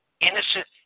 innocent